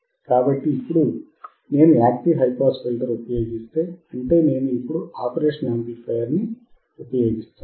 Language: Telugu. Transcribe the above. కాబట్టి ఇప్పుడు నేను యాక్టివ్ హై పాస్ ఫిల్టర్ ఉపయోగిస్తే అంటే నేను ఇప్పుడు ఆపరేషనల్ యాంప్లిఫైయర్ ని ఉపయోగిస్తున్నాను